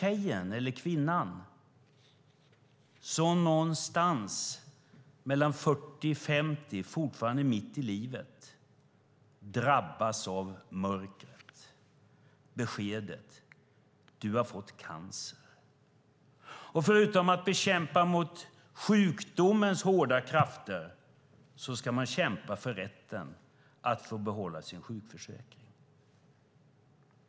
Eller ta den kvinna som mitt i livet, mellan 40 och 50, drabbas av mörkret i och med beskedet att hon fått cancer. Förutom att kämpa mot sjukdomens hårda krafter ska hon kämpa för rätten att få behålla sin sjukförsäkring.